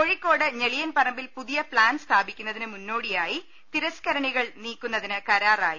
കോഴിക്കോട് ഞെളിയൻപറമ്പിൽ പുതിയ പ്ലാന്റ് സ്ഥാപിക്കു ന്നതിന് മുന്നോടിയായി തിരസ്ക്കരണികൾ നീക്കുന്നതിന് കരാ റായി